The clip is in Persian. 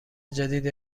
جدید